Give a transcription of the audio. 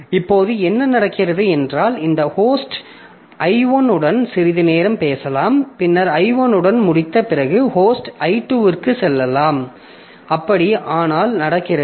இப்போது என்ன நடக்கிறது என்றால் இந்த ஹோஸ்ட் I1 உடன் சிறிது நேரம் பேசலாம் பின்னர் I1 உடன் முடித்த பிறகு ஹோஸ்ட் I 2 க்கு செல்கிறது